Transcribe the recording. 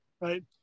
right